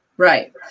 Right